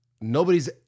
nobody's